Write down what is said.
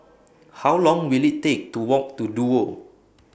How Long Will IT Take to Walk to Duo